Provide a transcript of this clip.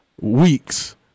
weeks